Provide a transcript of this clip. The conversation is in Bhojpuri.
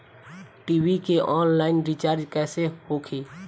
टी.वी के आनलाइन रिचार्ज कैसे होखी?